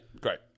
great